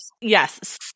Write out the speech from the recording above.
Yes